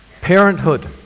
parenthood